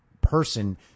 person